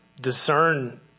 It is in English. discern